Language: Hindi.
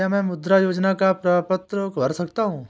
क्या मैं मुद्रा योजना का प्रपत्र भर सकता हूँ?